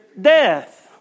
death